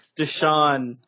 Deshaun